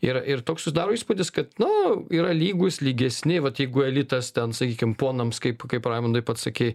ir ir toks susidaro įspūdis kad nu yra lygus lygesni vat jeigu elitas ten sakykim ponams kaip kaip raimondui pats sakei